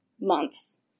months